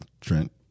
Trent